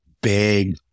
big